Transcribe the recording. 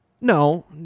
No